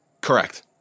Correct